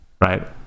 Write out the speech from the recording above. right